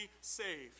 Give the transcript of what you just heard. saved